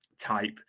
Type